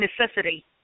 necessity